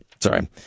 Sorry